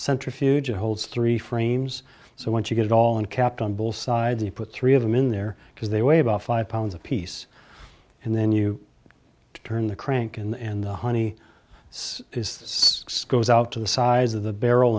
centrifuge it holds three frames so once you get it all and kept on both sides you put three of them in there because they weigh about five pounds apiece and then you turn the crank and the honey goes out to the size of the barrel